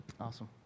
Awesome